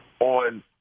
on